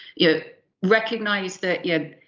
yeah recognize that you,